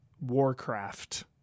Warcraft